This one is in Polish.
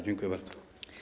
Dziękuję bardzo.